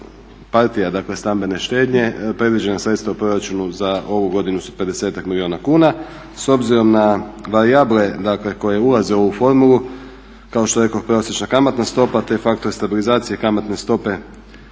dakle stambene štednje predviđena sredstva u proračunu za ovu godinu su 50-ak milijuna kuna. S obzirom na varijable dakle koje ulaze u ovu formulu, kao što rekoh prosječna kamatna stopa te faktor stabilizacije kamatne stope